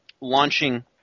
launching